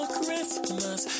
Christmas